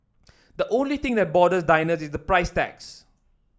the only thing that bothers diners is the price tags